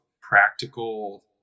practical